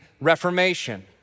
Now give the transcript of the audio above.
reformation